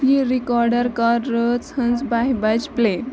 یِہ رِکاڈر کر رٲژ ہٕنٛز باہہِ بجہِ پٕلے